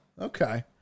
Okay